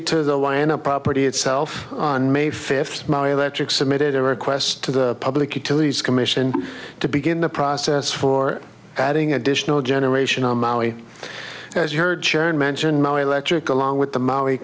to the lion a property itself on may fifth my electric submitted a request to the public utilities commission to begin the process for adding additional generation on maui and as you heard churn mention my electric along with the maui